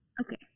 Okay